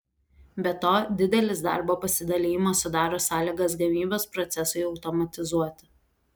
be to didelis darbo pasidalijimas sudaro sąlygas gamybos procesui automatizuoti